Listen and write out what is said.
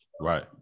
Right